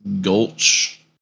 gulch